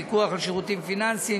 פיקוח על שירותים פיננסיים,